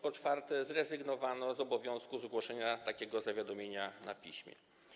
Po czwarte, zrezygnowano z obowiązku zgłoszenia takiego zawiadomienia na piśmie.